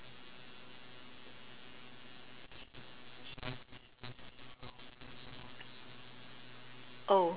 oh